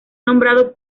nombrado